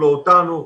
לא אותנו,